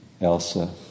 Elsa